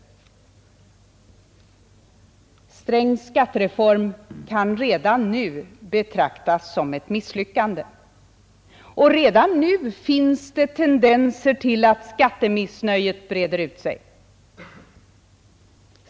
Herr Strängs skattereform kan redan nu betraktas som ett misslyckande, och det finns tendenser till att skattemissnöjet breder ut sig.